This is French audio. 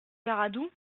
garadoux